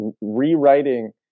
rewriting